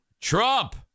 Trump